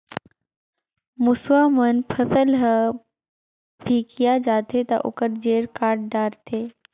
मूसवा मन फसल ह फिकिया जाथे त ओखर जेर काट डारथे